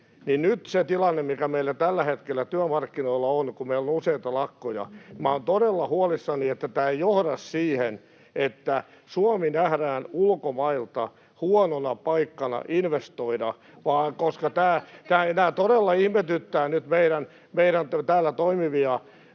nyt siitä tilanteesta, mikä meillä tällä hetkellä työmarkkinoilla on, kun meillä on useita lakkoja, olen todella huolissani, että tämä ei johda siihen, että Suomi nähdään ulkomailta huonona paikkana investoida, koska tämä todella ihmetyttää nyt meidän täällä toimivia